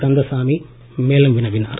கந்தசாமி மேலும் வினவினார்